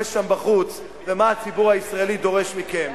שם בחוץ ומה הציבור הישראלי דורש מכם.